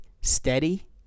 steady